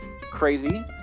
Crazy